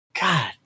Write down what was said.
God